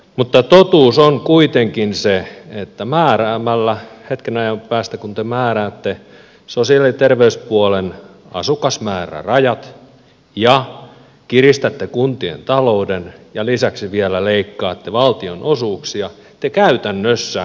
mutta totuus on kuitenkin se että kun te hetken ajan päästä määräätte sosiaali ja terveyspuolen asukasmäärärajat kiristätte kuntien talouden ja lisäksi vielä leikkaatte valtionosuuksia te käytännössä teette pakkoliitoksia